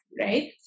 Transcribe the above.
right